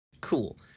Cool